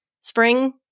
Spring